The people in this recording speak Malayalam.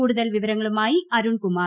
കൂടുതൽ വിവരങ്ങളുമായി അരുൺ കുമാർ